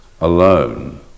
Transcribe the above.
alone